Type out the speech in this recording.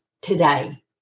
today